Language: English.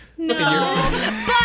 no